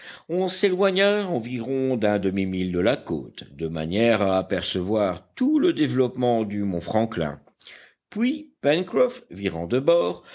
on s'éloigna environ d'un demi-mille de la côte de manière à apercevoir tout le développement du mont franklin puis pencroff virant de bord